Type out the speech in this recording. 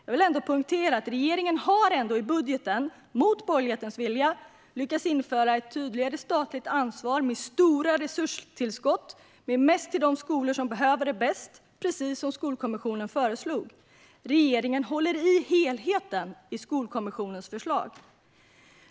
Jag vill poängtera att regeringen i budgeten, mot borgerlighetens vilja, har lyckats införa ett tydligare statligt ansvar med stora resurstillskott, mest till de skolor som behöver det bäst, precis som Skolkommissionen föreslog. Regeringen håller i helheten i Skolkommissionens förslag.